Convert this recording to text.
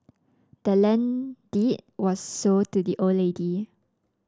the land deed was sold to the old lady